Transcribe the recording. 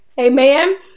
Amen